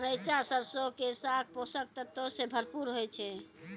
रैचा सरसो के साग पोषक तत्वो से भरपूर होय छै